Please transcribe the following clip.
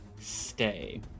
stay